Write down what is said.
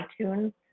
iTunes